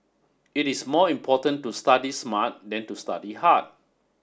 it is more important to study smart than to study hard